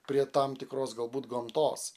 prie tam tikros galbūt gamtos